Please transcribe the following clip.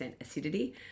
acidity